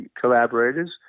collaborators